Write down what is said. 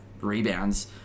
rebounds